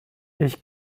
ich